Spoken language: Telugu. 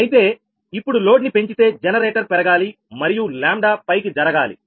అయితే ఇప్పుడు లోడ్ ని పెంచితే జనరేటర్ పెరగాలి మరియు λ పైకి జరగాలి